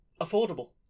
affordable